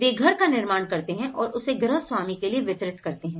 वे घर का निर्माण करते हैं और उसे गृहस्वामी के लिए वितरित करते है